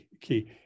key